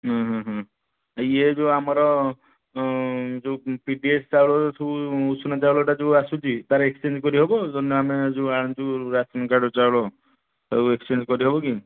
ଆଉ ଇଏ ଯୋଉ ଆମର ଯୋଉ ବି ପି ଏଲ୍ ଚାଉଳ ସବୁ ଉଷୁନା ଚାଉଲଟା ଯୋଉ ଆସୁଛି ତା'ର ଏକ୍ସଚେଞ୍ଜ କରି ହେବ ନା ଆମେ ଯୋଉ ଆଣୁଛୁ ରାସନ୍ କାର୍ଡ ଚାଉଳ ତାକୁ ଏକ୍ସଚେଞ୍ଜ କରିହବ କି